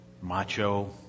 macho